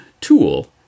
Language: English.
tool